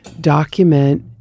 document